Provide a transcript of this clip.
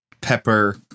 Pepper